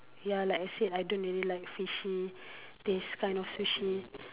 ya like I said I don't really like fishy taste kind of sushi